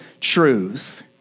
truth